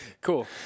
cool